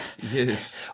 Yes